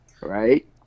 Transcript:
Right